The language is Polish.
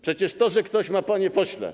Przecież to, że ktoś ma, panie pośle.